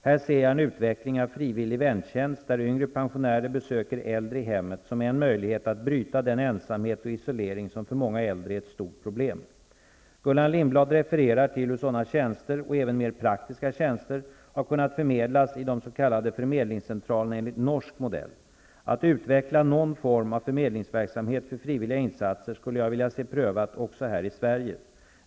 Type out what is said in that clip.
Här ser jag en utveckling av frivillig väntjänst, där yngre pensionärer besöker äldre i hemmet, som en möjlighet att bryta den ensamhet och isolering som för många äldre är ett stort problem. Gullan Lindblad refererar till hur sådana tjänster och även mer praktiska tjänster har kunnat förmedlas i de s.k. förmedlingscentralerna enligt norsk modell. Att utveckla någon form av förmedlingsverksamhet för frivilliga insatser skulle jag vilja se prövat också här i Sverige.